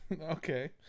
Okay